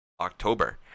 October